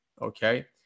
Okay